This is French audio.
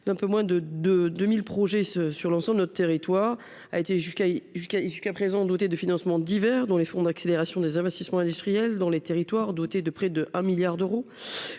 d'un peu moins de de 2000 projets ce sur l'ensemble de notre territoire, a été jusqu'à, jusqu'à, jusqu'à présent doté de financements divers dont les fonds d'accélération des investissements industriels dans les territoires doté de près de 1 milliard d'euros,